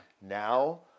Now